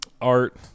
art